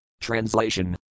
Translation